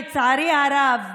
לצערי הרב,